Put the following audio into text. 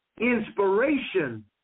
Inspiration